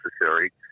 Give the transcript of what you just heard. necessary